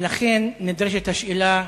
ולכן נדרשת השאלה: